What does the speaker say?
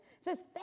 says